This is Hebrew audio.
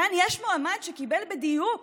כאן יש מועמד שקיבל בדיוק